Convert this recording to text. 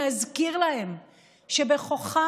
להזכיר להם שבכוחם,